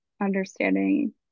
understanding